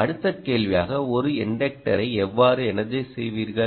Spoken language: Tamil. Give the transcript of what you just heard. அடுத்த கேள்வியாக ஒரு இன்டக்டரை எவ்வாறு எனர்ஜைஸ் செய்வீர்கள்